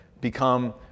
become